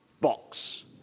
box